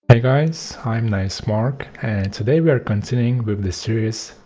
hey guys, i'm nicemark and today we are continuining the series,